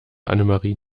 annemarie